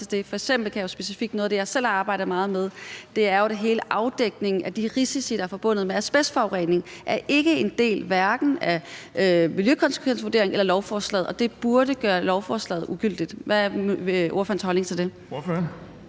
Noget af det, jeg selv har arbejdet meget med, er jo, at hele afdækningen af de risici, der er forbundet med asbestforurening, ikke er en del, hverken af miljøkonsekvensvurderingen eller af lovforslaget, og det burde gøre lovforslaget ugyldigt. Hvad er ordførerens holdning til det?